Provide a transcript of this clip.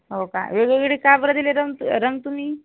हो का वेगवेगळे का बरं दिले रंग रंग तुम्ही